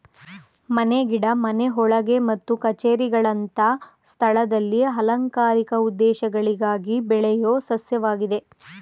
ಮನೆ ಗಿಡ ಮನೆಯೊಳಗೆ ಮತ್ತು ಕಛೇರಿಗಳಂತ ಸ್ಥಳದಲ್ಲಿ ಅಲಂಕಾರಿಕ ಉದ್ದೇಶಗಳಿಗಾಗಿ ಬೆಳೆಯೋ ಸಸ್ಯವಾಗಿದೆ